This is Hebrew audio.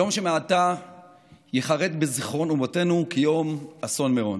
יום שמעתה ייחרת בזיכרון אומתנו כיום אסון מירון.